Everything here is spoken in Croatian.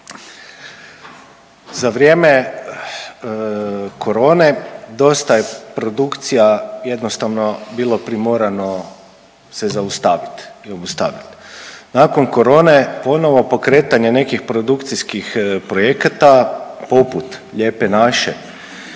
Za vrijeme corone dosta je produkcija jednostavno bilo primorano se zaustavit i obustavit. Nakon corone ponovo pokretanje nekih produkcijskih projekata poput Lijepe naše